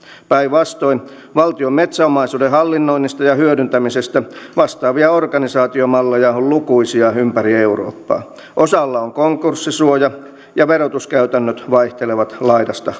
päinvastoin valtion metsäomaisuuden hallinnoinnista ja hyödyntämisestä vastaavia organisaatiomalleja on lukuisia ympäri eurooppaa osalla on konkurssisuoja ja verotuskäytännöt vaihtelevat laidasta